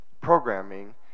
programming